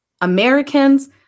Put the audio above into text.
Americans